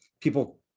people